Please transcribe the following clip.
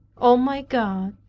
o my god,